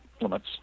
limits